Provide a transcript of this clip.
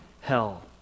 hell